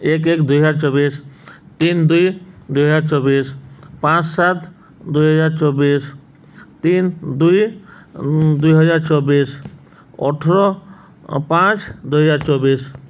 ଏକ ଏକ ଦୁଇହଜାର ଚବିଶ ତିନି ଦୁଇ ଦୁଇହଜାର ଚବିଶ ପାଞ୍ଚ ସାତ ଦୁଇହଜାର ଚବିଶ ତିନି ଦୁଇ ଦୁଇହଜାର ଚବିଶ ଅଠର ପାଞ୍ଚ ଦୁଇହଜାର ଚବିଶ